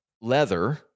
leather